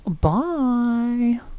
Bye